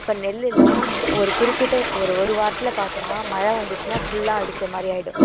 இப்போ நெல்லெலாம் ஒரு குறிப்பிட்ட ஒரு ஒரு வாரத்தில் பார்த்தோன்னா மழை வந்துச்சுன்னால் ஃபுல்லாக அடித்த மாதிரி ஆகிடும்